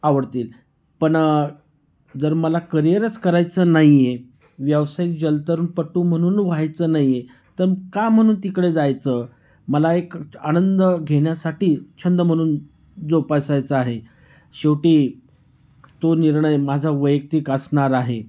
आवडतील पण जर मला करियरच करायचं नाही आहे व्यावसायिक जलतरणपटू म्हणून व्हायचं नाही आहे तर का म्हणून तिकडे जायचं मला एक च आनंद घेण्यासाठी छंद म्हणून जोपासायचं आहे शेवटी तो निर्णय माझा वैयक्तिक असणार आहे